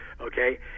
Okay